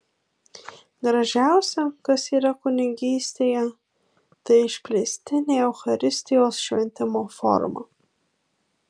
gražiausia kas yra kunigystėje ta išplėstinė eucharistijos šventimo forma